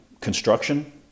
construction